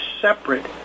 separate